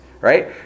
right